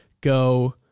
go